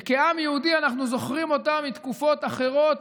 שכעם יהודי אנחנו זוכרים אותן מתקופות אחרות,